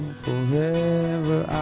forever